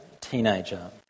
teenager